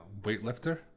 weightlifter